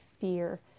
fear